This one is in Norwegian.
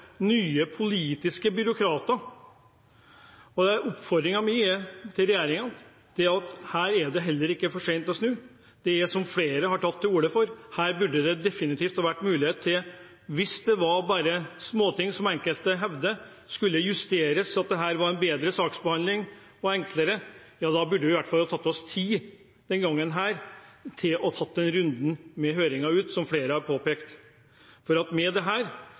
nye politiske byråkrater. Min oppfordring til regjeringen er at her er det heller ikke for sent å snu. Som flere har tatt til orde for, her burde man definitivt – hvis det bare var småting som skulle justeres, som enkelte hevder, at dette var en bedre saksbehandling og enklere – i hvert fall ha tatt seg tid denne gangen til å ta runden med å ha dette ute på høring. For dette gjør det ikke enklere å delta – dette gagner definitivt ikke det. Jeg synes at dette er rimelig spesielt, at Stortinget med